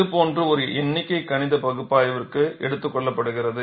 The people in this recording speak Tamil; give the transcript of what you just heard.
இது போன்ற ஒரு எண்ணிக்கை கணித பகுப்பாய்விற்கு எடுத்துக் கொள்ளப்படுகிறது